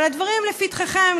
אבל הדברים לפתחכם,